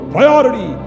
Priority